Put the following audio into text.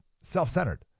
self-centered